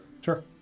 Sure